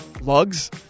lugs